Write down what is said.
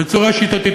בצורה שיטתית,